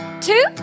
two